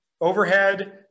overhead